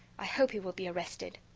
i hope he will be arrested.